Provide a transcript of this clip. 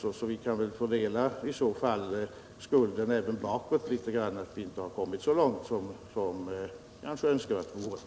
Därför kan nog skulden fördelas även bakåt för att vi inte kommit så långt som önskvärt vore.